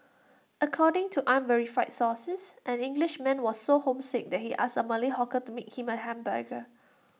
according to unverified sources an Englishman was so homesick that he asked A Malay hawker to make him A hamburger